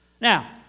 Now